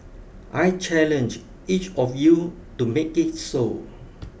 I challenge each of you to make it so